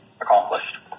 accomplished